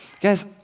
guys